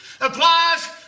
applies